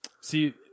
See